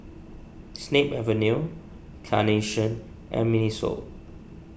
Snip Avenue Carnation and Miniso